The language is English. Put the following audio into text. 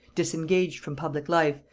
disengaged from public life,